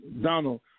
Donald